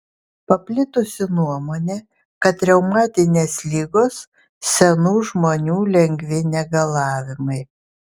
paplitusi nuomonė kad reumatinės ligos senų žmonių lengvi negalavimai